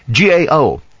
GAO